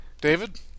David